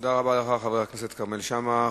תודה רבה לך, חבר הכנסת כרמל שאמה.